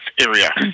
area